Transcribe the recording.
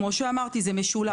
כמו שאמרתי, זה משולש.